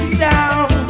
sound